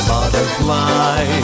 Butterfly